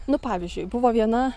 nu pavyzdžiui buvo viena